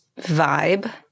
vibe